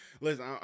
Listen